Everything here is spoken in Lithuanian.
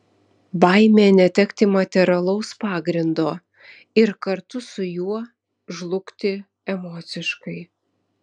baimė netekti materialaus pagrindo ir kartu su juo žlugti emociškai